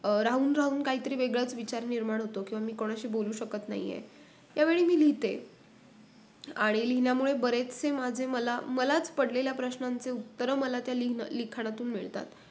राहून राहून काहीतरी वेगळंच विचार निर्माण होतो किंवा मी कोणाशी बोलू शकत नाही आहे यावेळी मी लिहिते आणि लिहिण्यामुळे बरेचसे माझे मला मलाच पडलेल्या प्रश्नांचे उत्तरं मला त्या लिहिणं लिखाणातून मिळतात